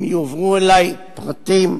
אם יובאו אלי פרטים,